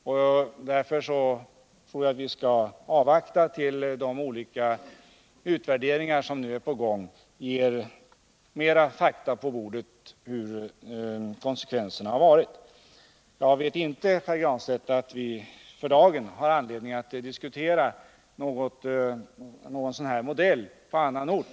Jag tror att vi skall avvakta till dess att de olika utvärderingar som är på gång ger mer fakta på bordet om konsekvenserna. Såvitt jag vet finns det inte, Pär Granstedt, för dagen anledning att diskutera någon sådan här modell till lösning på någon annan ort.